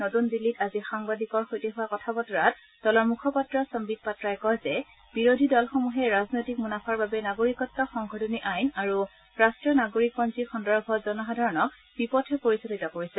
নতুন দিল্লীত আজি সাংবাদিকৰ সৈতে হোৱা কথা বতৰাত দলৰ মুখপাত্ৰ চম্বিত পাত্ৰাই কয় যে বিৰোধী দলসমূহে ৰাজনৈতিক মুনাফাৰ বাবে নাগৰিকত্ব সংশোধনী আইন আৰু ৰাষ্ট্ৰীয় নাগৰিক পঞ্জী সন্দৰ্ভত জনসাধাৰণক বিপথে পৰিচালিত কৰিছে